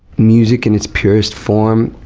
music in its purest form,